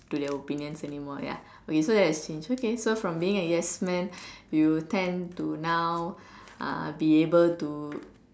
to their opinions anymore ya so that's okay so from being a yes man you tend to now uh be able to